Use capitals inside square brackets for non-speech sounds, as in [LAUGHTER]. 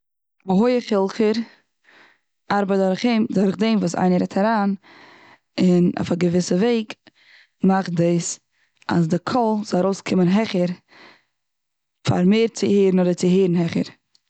הויך-הילכער ארבעט דורך [UNINTELLIGIBLE] דעם וואס איינער רעדט אריין, און אויף א געוויסע וועג מאכט דאס אז די קול זאל ארויס קומען העכער פאר מער צו הערן, אדער צו הערן העכער.